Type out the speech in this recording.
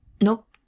Nope